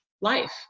life